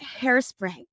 Hairspray